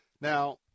Now